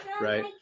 Right